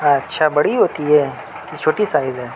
اچھا بڑی ہوتی ہے کہ چھوٹی سائز ہے